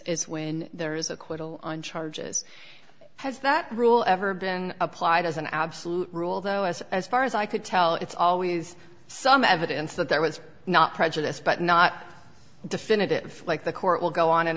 is when there is acquittal on charges has that rule ever been applied as an absolute rule though as as far as i could tell it's always some evidence that there was not prejudice but not definitive like the court will go on and